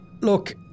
Look